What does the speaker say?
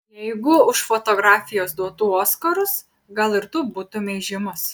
jeigu už fotografijas duotų oskarus gal ir tu būtumei žymus